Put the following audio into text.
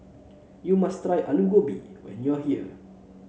you must try Alu Gobi when you are here